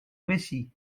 précis